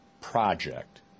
project